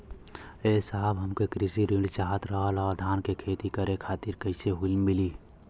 ए साहब हमके कृषि ऋण चाहत रहल ह धान क खेती करे खातिर कईसे मीली?